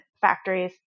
factories